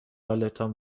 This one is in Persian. حالتان